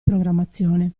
programmazione